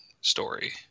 story